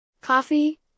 Coffee